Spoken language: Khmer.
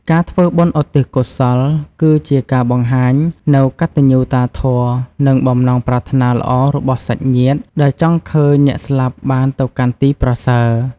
ការធ្វើបុណ្យឧទ្ទិសកុសល គឺជាការបង្ហាញនូវកតញ្ញូតាធម៌ និងបំណងប្រាថ្នាល្អរបស់សាច់ញាតិ ដែលចង់ឃើញអ្នកស្លាប់បានទៅកាន់ទីប្រសើរ។